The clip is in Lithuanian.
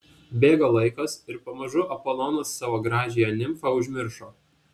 bėgo laikas ir pamažu apolonas savo gražiąją nimfą užmiršo